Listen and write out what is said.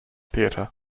theatre